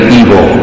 evil